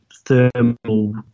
thermal